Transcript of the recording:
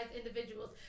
individuals